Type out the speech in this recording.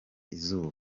izuba